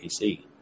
PC